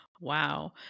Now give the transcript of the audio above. wow